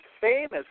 famous